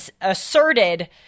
asserted